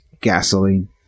Gasoline